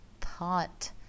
Thought